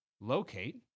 locate